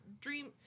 Dream